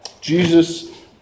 Jesus